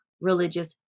religious